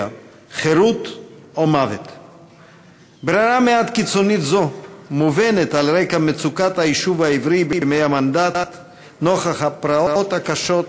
שנוסד בשנת 1931. בין ארגוני המחתרת שפעלו בימי המנדט בלט האצ"ל